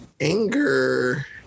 anger